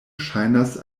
ŝajnas